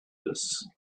this